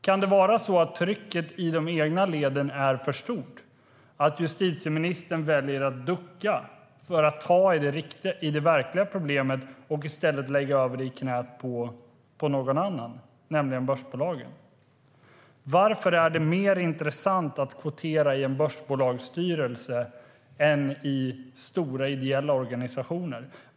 Kan det vara så att trycket i de egna leden är för stort, så att justitieministern väljer att ducka och i stället för att ta tag i det verkliga problemet lägger det i knät på någon annan, nämligen börsbolagen? Varför är det mer intressant att kvotera i ett börsbolags styrelse än i stora ideella organisationers?